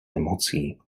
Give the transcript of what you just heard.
nemocí